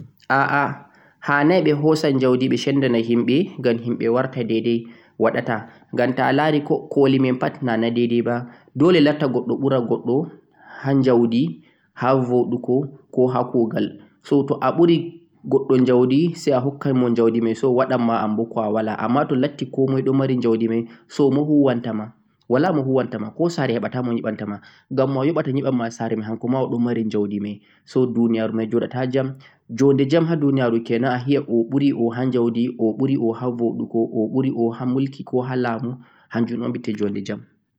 Hanai komai latta ɗon mari njaudi, ngam ta'alari koli men fotata. Dole goɗɗo ɓura goɗɗo njaudi sai o yoɓa mo wala njaudi huwanamo kugal oyiɗe.